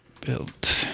built